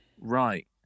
right